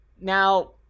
Now